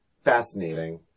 Fascinating